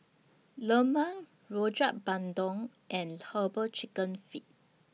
Lemang Rojak Bandung and Herbal Chicken Feet